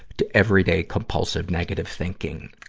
to everyday compulsive negative thinking.